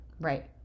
Right